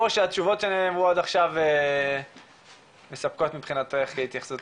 או שהתשובות שנאמרו עד עכשיו מספקות מבחינתך כהתייחסות?